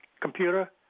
computer